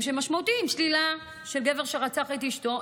משמעותיים: שלילה של הרכוש מגבר שרצח את אשתו,